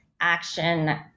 action